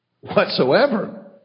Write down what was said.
whatsoever